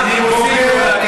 וכל זמן שהוא נובח, אני לא אדבר.